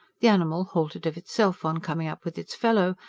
the animal halted of itself on coming up with its fellow,